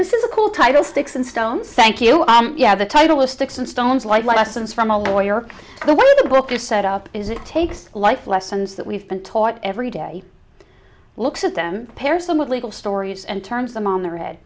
this is a cool title sticks and stones thank you yeah the title is sticks and stones like lessons from a lawyer the one of the book is set up is it takes life lessons that we've been taught every day looks at them pairs them with legal stories and turns them on their head